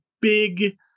big